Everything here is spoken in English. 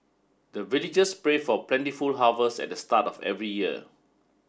the villagers pray for plentiful harvest at the start of every year